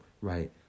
right